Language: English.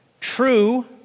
true